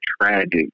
tragic